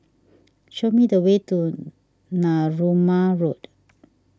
show me the way to Narooma Road